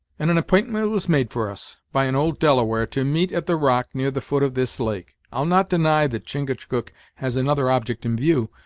and an app'intment was made for us, by an old delaware, to meet at the rock near the foot of this lake. i'll not deny that chingachgook has another object in view,